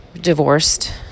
divorced